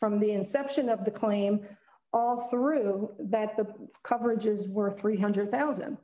from the inception of the claim all through that the coverage is worth three hundred thousand